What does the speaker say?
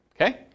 Okay